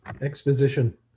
Exposition